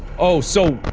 oh! so ah!